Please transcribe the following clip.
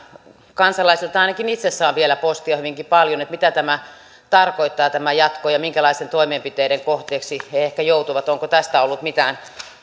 kansalaisilta ainakin itse saan vielä postia hyvinkin paljon siitä että mitä tämä jatkossa tarkoittaa ja minkälaisten toimenpiteiden kohteeksi he ehkä joutuvat onko tästä ollut mitään